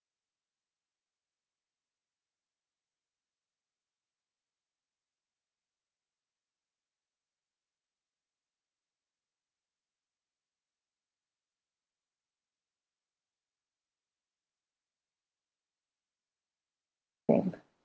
think